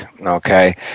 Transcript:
Okay